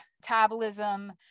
metabolism